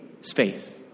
space